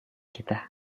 kita